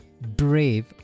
brave